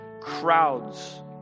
crowds